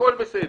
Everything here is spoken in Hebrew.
הכול בסדר.